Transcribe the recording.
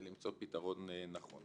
ולמצוא פתרון נכון.